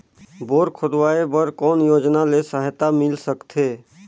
Bore खोदवाय बर कौन योजना ले सहायता मिल सकथे?